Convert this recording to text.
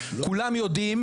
כולם יודעים